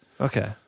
Okay